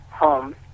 home